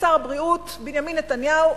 שר הבריאות בנימין נתניהו,